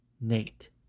Nate